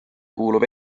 kuuluv